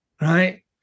right